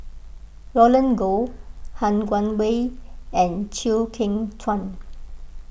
Roland Goh Han Guangwei and Chew Kheng Chuan